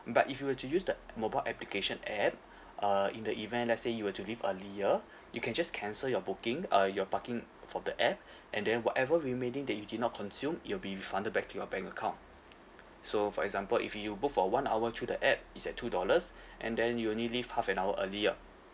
but if you were to use the mobile application app uh in the event let's say you were to leave earlier you can just cancel your booking uh your parking for the app and then whatever remaining that you did not consume it will be refunded back to your bank account so for example if you book for one hour through the app it's at two dollars and then you only leave half an hour earlier